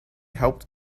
helped